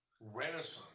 renaissance